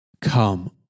Come